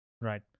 Right